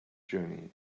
journey